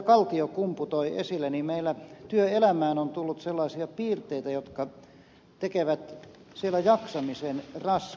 kaltiokumpu toi esille meillä työelämään on tullut sellaisia piirteitä jotka tekevät siellä jaksamisen raskaaksi